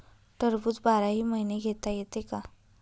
टरबूज बाराही महिने घेता येते का?